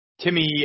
Timmy